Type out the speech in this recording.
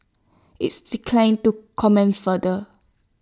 is declined to comment further